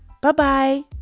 Bye-bye